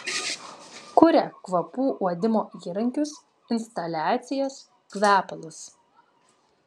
kuria kvapų uodimo įrankius instaliacijas kvepalus